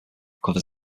covers